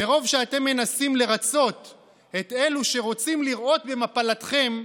מרוב שאתם מנסים לרצות את אלו שרוצים לראות במפלתכם,